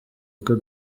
uko